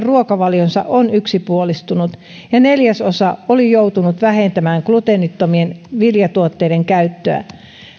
ruokavalionsa on yksipuolistunut ja neljäsosa oli joutunut vähentämään gluteenittomien viljatuotteiden käyttöä